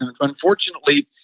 Unfortunately